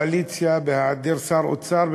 הקואליציה, במיוחד בהיעדר שר האוצר,